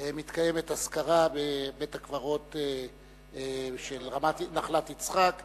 מתקיימת אזכרה בבית-הקברות של נחלת-יצחק